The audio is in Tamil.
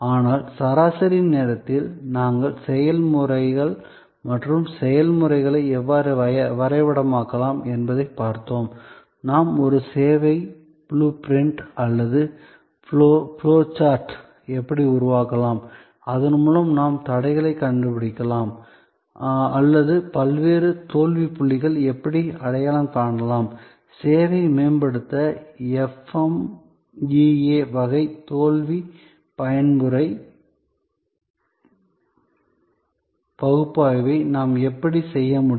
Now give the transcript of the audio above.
ஆனால் சராசரி நேரத்தில் நாம் செயல்முறைகள் மற்றும் செயல்முறைகளை எவ்வாறு வரைபடமாக்கலாம் என்பதைப் பார்த்தோம் நாம் ஒரு சேவை ப்ளூ பிரிண்ட் அல்லது ஃப்ளோ சார்ட் ஐ எப்படி உருவாக்கலாம் அதன் மூலம் நாம் தடைகளை கண்டுபிடிக்கலாம் அல்லது பல்வேறு தோல்வி புள்ளிகளை எப்படி அடையாளம் காணலாம் சேவையை மேம்படுத்த FMEA வகை தோல்வி பயன்முறை வகை பகுப்பாய்வை நாம் எப்படி செய்ய முடியும்